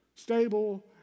stable